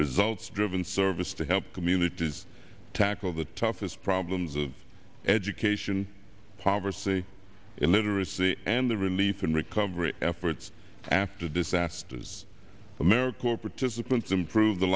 results driven service to help communities tackle the toughest problems of education poverty illiteracy and the relief and recovery efforts after disasters america corporatist a prince improve the